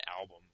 album